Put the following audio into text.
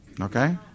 Okay